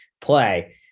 play